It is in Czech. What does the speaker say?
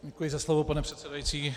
Děkuji za slovo, pane předsedající.